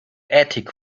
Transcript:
attic